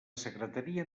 secretaria